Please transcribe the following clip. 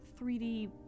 3D